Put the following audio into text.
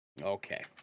Okay